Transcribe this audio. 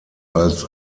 als